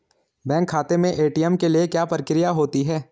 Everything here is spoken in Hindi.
बैंक खाते में ए.टी.एम के लिए क्या प्रक्रिया होती है?